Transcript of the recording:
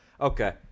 Okay